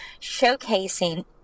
showcasing